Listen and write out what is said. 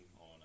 on –